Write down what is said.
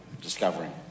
discovering